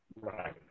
Right